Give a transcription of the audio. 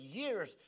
years